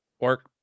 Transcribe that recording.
Work